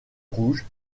rouge